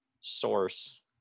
source